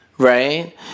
Right